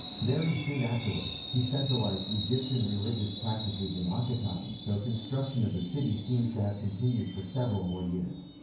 very soon afterwards, he centralized egyptian religious practices in akhetaten, though construction of the city seems to have continued for several more years.